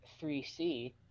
3C